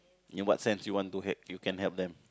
in what sense you want to help you can help them